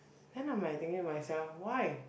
then I'm like thinking to myself why